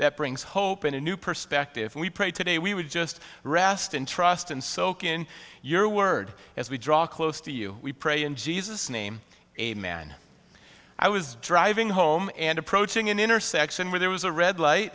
that brings hope and a new perspective if we pray today we would just rest in trust and soak in your word as we draw close to you we pray in jesus name amen i was driving home and approaching an intersection where there was a red light